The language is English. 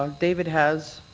um david has,